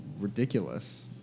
ridiculous